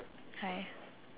hi